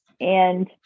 And-